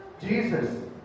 Jesus